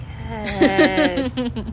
Yes